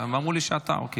אמרו לי שאתה, אוקיי.